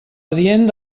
adient